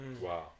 Wow